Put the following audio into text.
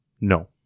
No